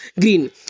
green